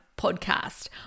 podcast